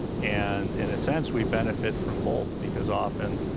and in a sense, we benefit from both, because often,